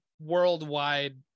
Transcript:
worldwide